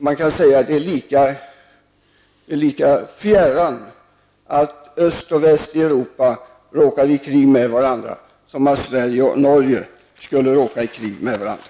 Man kan säga att det är lika fjärran att öst och väst i Europa råkar i krig med varandra som att Sverige och Norge skulle råka i krig med varandra.